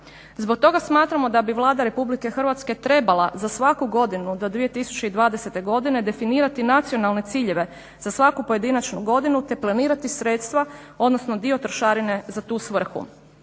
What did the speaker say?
Zbog toga smatramo da bi Vlada RH trebala za svaku godinu do 2020.godine definirati nacionalne ciljeve za svaku pojedinačnu godinu te planirati sredstva odnosno dio trošarine za tu svrhu.